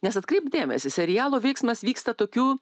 nes atkreipk dėmesį serialo veiksmas vyksta tokiu